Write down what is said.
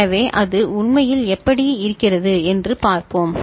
எனவே அது உண்மையில் எப்படி இருக்கிறது என்று பார்ப்போம்